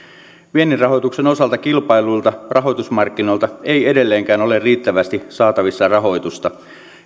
viennin rahoituksen osalta kilpailluilta rahoitusmarkkinoilta ei edelleenkään ole riittävästi saatavissa rahoitusta